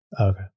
Okay